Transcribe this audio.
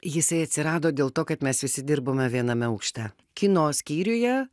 jisai atsirado dėl to kad mes visi dirbome viename aukšte kino skyriuje